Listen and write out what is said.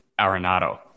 Arenado